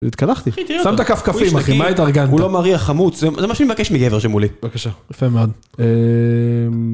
התקלחתי, שם את הקפקפים אחי, מה התארגניה? הוא לא מריח חמוץ, זה מה שאני מבקש מגבר שמולי. בבקשה, יפה מאוד.